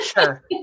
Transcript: Sure